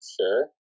Sure